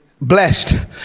blessed